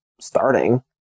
starting